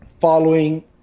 following